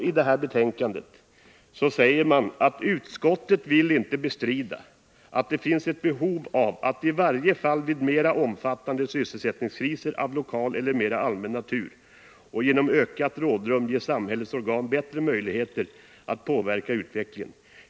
I betänkandet står det: ”Utskottet vill inte bestrida att det finns ett behov av att i varje fall vid mera omfattande sysselsättningskriser av lokal eller mera allmän natur genom ökat rådrum ge samhällets organ bättre möjligheter att påverka utvecklingen.